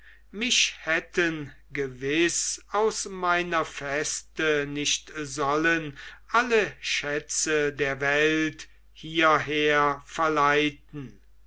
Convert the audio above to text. mich hätten gewiß aus meiner feste nicht sollen alle schätze der welt hierher verleiten